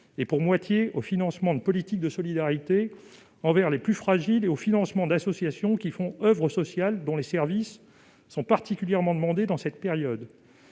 et pour moitié au financement de politiques de solidarité envers les plus fragiles et à celui d'associations faisant oeuvre sociale, dont les services sont particulièrement demandés en cette période.